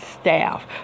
staff